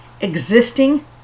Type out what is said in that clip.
existing